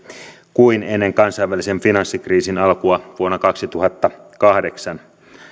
kuin ennen kansainvälisen finanssikriisin alkua vuonna kaksituhattakahdeksan